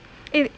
eh wait